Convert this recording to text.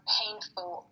painful